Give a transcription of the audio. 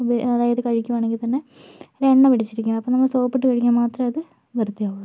അതായത് കഴിക്കുവാണെങ്കിൽ തന്നെ അതില് എണ്ണ പിടിച്ചിരിക്കും അപ്പോൾ നമ്മൾ സോപ്പിട്ട് കഴുകിയാൽ മാത്രമേ അത് വൃത്തിയാവുകയുള്ളൂ